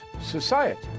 society